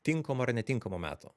tinkamo ar netinkamo meto